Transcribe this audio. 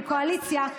כקואליציה,